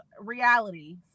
reality